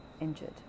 injured